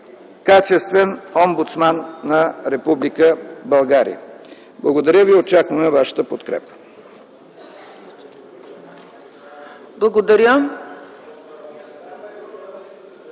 качествен омбудсман на Република България. Благодаря. Очакваме вашата подкрепа.